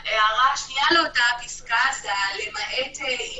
ההערה השנייה לאותה הפסקה זה למעט אם